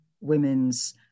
women's